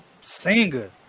singer